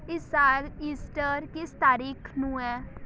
ਇਸ ਸਾਲ ਈਸਟਰ ਕਿਸ ਤਾਰੀਖ ਨੂੰ ਹੈ